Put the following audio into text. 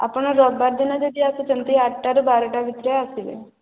ଆପଣ ରବିବାର ଦିନ ଯଦି ଆସୁଛନ୍ତି ଆଠଟାରୁ ବାରଟା ଭିତରେ ଆସିବେ